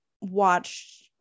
watched